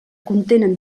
contenen